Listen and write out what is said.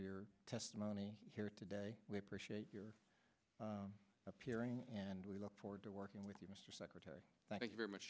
your testimony here today we appreciate your appearing and we look forward to working with you mr secretary thank you very much